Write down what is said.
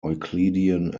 euclidean